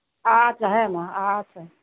ᱟᱪᱪᱷᱟ ᱦᱮᱸ ᱢᱟ ᱟᱪᱪᱷᱟ